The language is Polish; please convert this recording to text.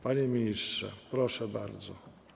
Panie ministrze, proszę bardzo.